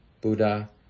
Buddha